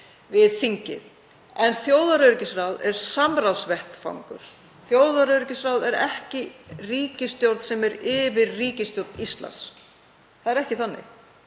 við þingið. En þjóðaröryggisráð er samráðsvettvangur. Þjóðaröryggisráð er ekki stjórn sem er yfir ríkisstjórn Íslands. Það er ekki þannig.